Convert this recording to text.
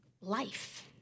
life